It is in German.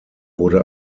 wurde